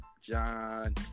John